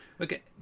okay